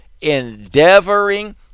endeavoring